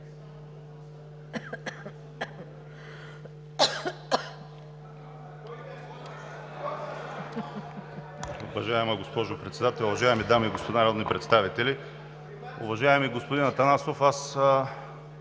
Уважаема госпожо Председател, уважаеми дами и господа народни представители! Уважаеми господин Атанасов,